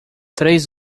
três